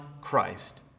christ